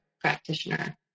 practitioner